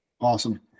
Awesome